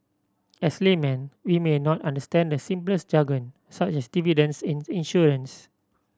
as laymen we may not understand the simplest jargon such as dividends in the insurance